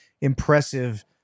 impressive